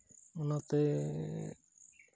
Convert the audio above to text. ᱚᱱᱟᱛᱮ